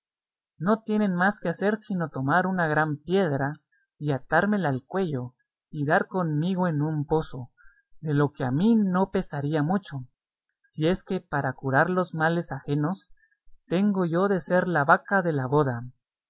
no tienen más que hacer sino tomar una gran piedra y atármela al cuello y dar conmigo en un pozo de lo que a mí no pesaría mucho si es que para curar los males ajenos tengo yo de ser la vaca de la boda